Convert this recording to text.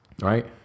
Right